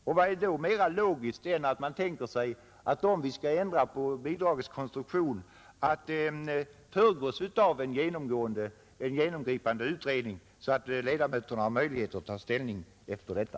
Vad är då mera logiskt, om vi skall ändra på bidragets konstruktion, än att man tänker sig att det föregås av en genomgripande utredning så att ledamöterna har möjlighet att ta ställning efter denna?